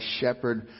shepherd